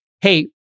hey